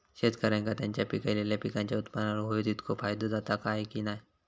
शेतकऱ्यांका त्यांचा पिकयलेल्या पीकांच्या उत्पन्नार होयो तितको फायदो जाता काय की नाय?